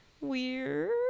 weird